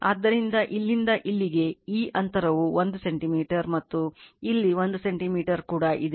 ಆದ್ದರಿಂದ ಇಲ್ಲಿಂದ ಇಲ್ಲಿಗೆ ಈ ಅಂತರವು 1 ಸೆಂಟಿಮೀಟರ್ ಮತ್ತು ಇಲ್ಲಿ 1 ಸೆಂಟಿಮೀಟರ್ ಕೂಡ ಇದೆ